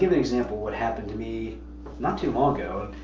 you know an example what happened to me not too long ago.